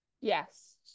Yes